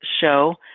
show